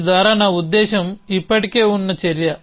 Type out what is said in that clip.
దీని ద్వారా నా ఉద్దేశ్యం ఇప్పటికే ఉన్న చర్య